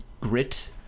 grit